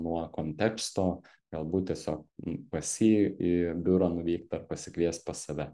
nuo konteksto galbūt tiesiog pas jį į biurą nuvykt ar pasikviest pas save